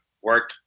work